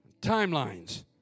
Timelines